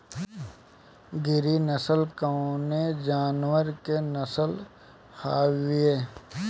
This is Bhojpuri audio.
गिरी नश्ल कवने जानवर के नस्ल हयुवे?